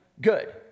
good